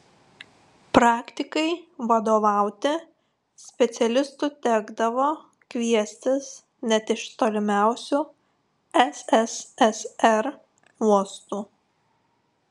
praktikai vadovauti specialistų tekdavo kviestis net iš tolimiausių sssr uostų